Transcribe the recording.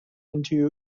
into